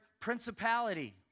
principality